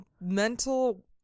mental